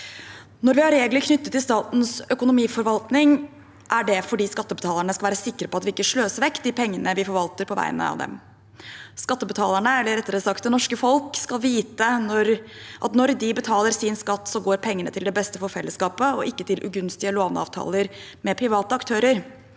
Når vi har regler knyttet til statens økonomiforvaltning, er det fordi skattebetalerne skal være sikre på at vi ikke sløser vekk de pengene vi forvalter på vegne av dem. Skattebetalerne, eller rettere sagt det norske folk, skal vite at når de betaler sin skatt, går pengene til beste for fellesskapet og ikke til ugunstige låneavtaler med private aktører.